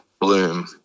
Bloom